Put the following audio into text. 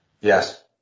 Yes